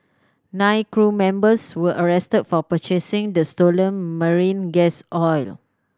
nine crew members were arrested for purchasing the stolen marine gas oil